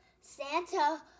Santa